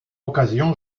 occasion